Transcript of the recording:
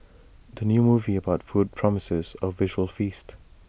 the new movie about food promises A visual feast